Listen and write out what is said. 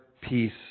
peace